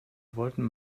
wollen